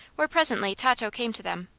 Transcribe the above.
where presently tato came to them.